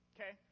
Okay